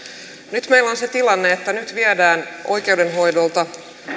nyt meillä on se tilanne että viedään oikeudenhoidolta